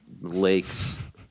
lakes